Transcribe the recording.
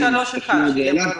תפנו את זה אליו.